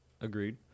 Agreed